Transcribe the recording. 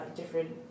different